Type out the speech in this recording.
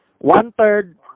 One-third